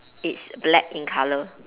it's black in colour